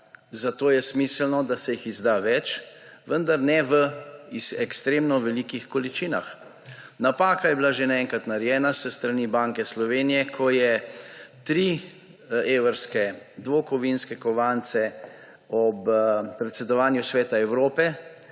zato je smiselno, da se jih izda več, vendar ne v ekstremno velikih količinah. Napaka je bila že enkrat narejena s strani Banke Slovenije, ko je 3 evrske dvokovinske kovance ob predsedovanju Sveta Evrope